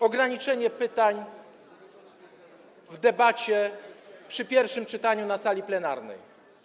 Ograniczenie pytań w debacie przy pierwszym czytaniu na sali plenarnej.